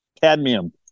Cadmium